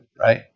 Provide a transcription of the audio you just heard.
right